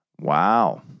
Wow